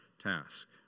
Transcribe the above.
task